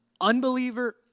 Unbeliever